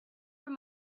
from